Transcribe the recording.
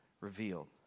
revealed